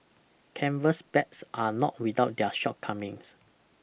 Canvas bags are not without their shortcomings